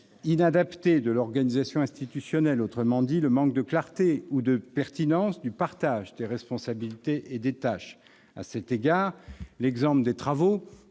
inadapté de l'organisation institutionnelle, autrement dit, le manque de clarté ou de pertinence du partage des responsabilités et des tâches. À cet égard, l'exemple des travaux